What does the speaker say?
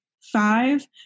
five